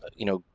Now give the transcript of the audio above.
you know,